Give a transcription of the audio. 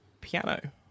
piano